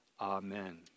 Amen